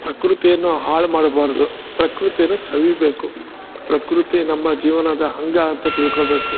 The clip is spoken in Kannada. ಪ್ರಕೃತಿಯನ್ನು ಹಾಳು ಮಾಡಬಾರ್ದು ಪ್ರಕೃತಿಯನ್ನು ಸವಿಬೇಕು ಪ್ರಕೃತಿ ನಮ್ಮ ಜೀವನದ ಅಂಗ ಅಂತ ತಿಳ್ಕೊಬೇಕು